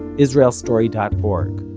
israelstory dot org,